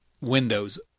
windows